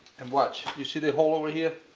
and watch. you see the hole over here?